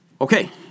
Okay